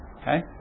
okay